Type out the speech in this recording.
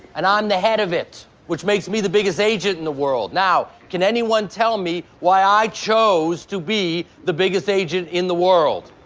and i'm um the head of it, which makes me the biggest agent in the world. now, can anyone tell me why i chose to be the biggest agent in the world?